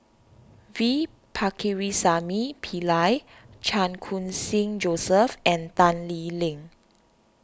P Pakirisamy Pillai Chan Khun Sing Joseph and Tan Lee Leng